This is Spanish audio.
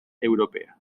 europea